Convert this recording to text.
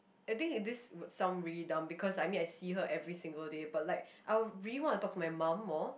I think it this would sound really dumb because I mean I see her every single day but like I really want to talk to my mum more